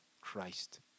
christ